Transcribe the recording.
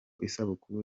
isabukuru